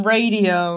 Radio